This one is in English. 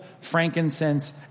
frankincense